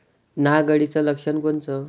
नाग अळीचं लक्षण कोनचं?